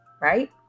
right